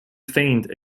faint